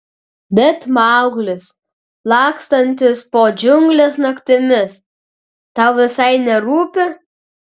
bet mauglis lakstantis po džiungles naktimis tau visai nerūpi